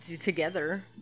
together